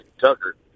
Tucker